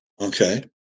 Okay